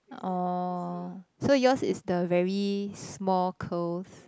oh so yours is the very small curls